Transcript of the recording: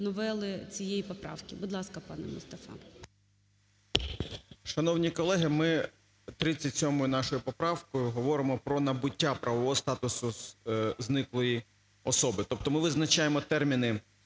новели цієї поправки. Будь ласка, пане Мустафа.